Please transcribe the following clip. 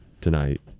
tonight